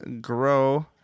grow